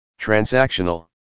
transactional